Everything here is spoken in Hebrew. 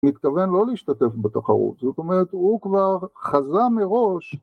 ‫מתכוון לא להשתתף בתחרות. ‫זאת אומרת, הוא כבר חזה מראש...